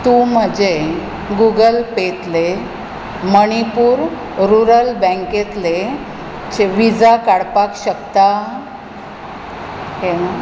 तूं म्हजें गूगल पेतलें मणिपूर रुरल बँकेतलें विजा काडपाक शकता